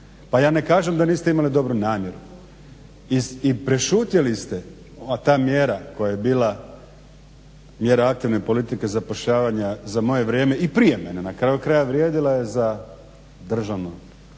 Pa ja ne kažem da niste imali dobru namjeru. I prešutjeli ste a ta mjera koja je bila mjera aktivna ili politike zapošljavanja za moje vrijeme i prije mene na kraju krajeva vrijedila je za državnu